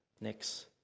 next